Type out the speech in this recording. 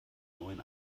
neuen